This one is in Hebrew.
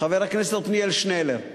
חבר הכנסת עתניאל שנלר.